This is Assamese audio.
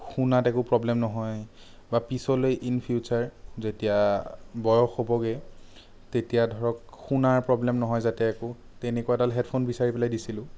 শুনাত একো প্ৰব্লেম নহয় বা পিছলৈ ইন ফিউচাৰ যেতিয়া বয়স হ'বগৈ তেতিয়া ধৰক শুনাৰ প্ৰব্লেম নহয় যাতে একো তেনেকুৱা এডাল হেডফোন বিচাৰি পেলাই দিছিলোঁ